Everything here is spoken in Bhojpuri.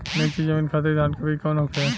नीची जमीन खातिर धान के बीज कौन होखे?